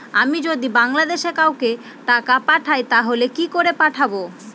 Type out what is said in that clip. আমি যদি বাংলাদেশে কাউকে টাকা পাঠাই তাহলে কি করে পাঠাবো?